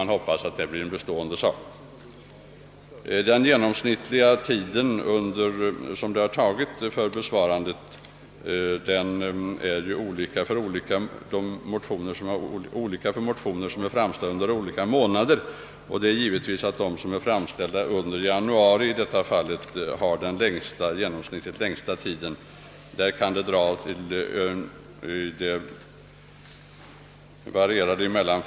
Under vårsessionen 1966 lämnades 1 interpellation obesvarad, medan under höstsessionen ingen obesvarad interpellation redovisas. Detta innebär en avsevärd förbättring. Jag konstaterar detta med glädje och hoppas att ordningen blir bestående. Det genomsnittliga antalet dagar mellan framställande och besvarande av en interpellation blir i viss mån beroende av när interpellationen framställs.